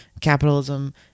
capitalism